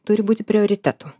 turi būti prioritetu